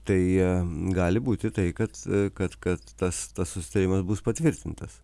tai jie gali būti tai kad kad kad tas tas susitarimas bus patvirtintas